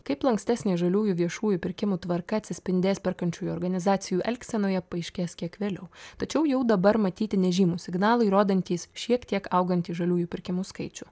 kaip lankstesnė žaliųjų viešųjų pirkimų tvarka atsispindės perkančiųjų organizacijų elgsenoje paaiškės kiek vėliau tačiau jau dabar matyti nežymūs signalai rodantys šiek tiek augantį žaliųjų pirkimų skaičių